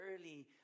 early